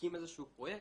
להקים איזשהו פרויקט,